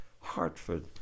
Hartford